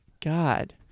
God